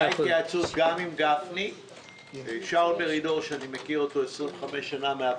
הייתה התייעצות גם עם גפני וגם עם שאול